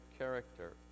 Character